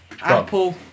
Apple